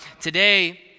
today